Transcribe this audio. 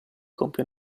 compie